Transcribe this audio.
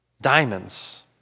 diamonds